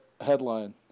headline